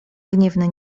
gniewne